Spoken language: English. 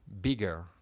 bigger